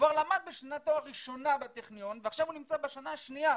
כבר למד בשנתו הראשונה בטכניון ועכשיו הוא נמצא בשנה השנייה,